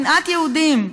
שנאת יהודים.